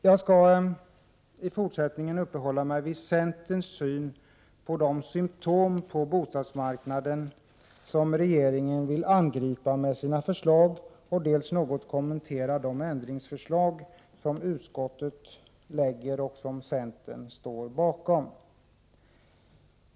Jag skall i fortsättningen uppehålla mig vid centerns syn på de symptom på bostadsmarknaden som regeringen vill angripa med sina förslag och dessutom något kommentera de ändringsförslag utskottet lägger fram och som centern står bakom.